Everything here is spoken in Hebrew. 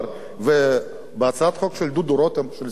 ובהצעת חוק של דודו רותם, של ישראל ביתנו,